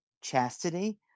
chastity